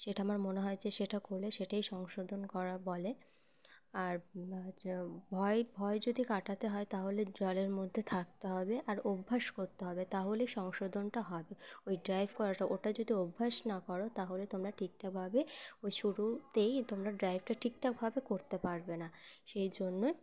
সেটা আমার মনে হয় যে সেটা করলে সেটাই সংশোধন করা বলে আর আচ্ছা ভয় ভয় যদি কাটাতে হয় তাহলে জলের মধ্যে থাকতে হবে আর অভ্যাস করতে হবে তাহলেই সংশোধনটা হবে ওই ডাইভ করাটা ওটা যদি অভ্যাস না করো তাহলে তোমরা ঠিকঠাকভাবে ওই শুরুতেই তোমরা ডাইভটা ঠিক ঠাকভাবে করতে পারবে না সেই জন্যই